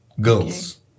girls